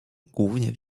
głównie